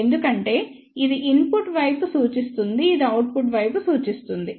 ఎందుకంటే ఇది ఇన్పుట్ వైపు సూచిస్తుంది ఇది అవుట్పుట్ వైపు సూచిస్తుంది